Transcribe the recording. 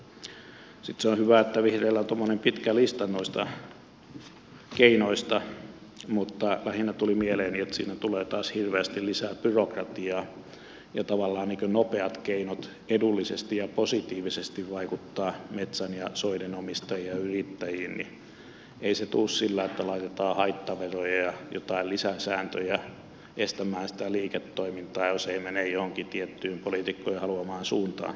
sitten se on hyvä että vihreillä on tuommoinen pitkä lista noista keinoista mutta lähinnä tuli mieleeni että siinä tulee taas hirveästi lisää byrokratiaa ja tavallaan nopeat keinot edullisesti ja positiivisesti vaikuttaa metsän ja soiden omistajiin ja yrittäjiin eivät tule sillä että laitetaan haittaveroja ja jotain lisää sääntöjä estämään sitä liiketoimintaa jos ei mene johonkin tiettyyn poliitikkojen haluamaan suuntaan